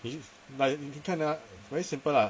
is like 你看 ah very simple lah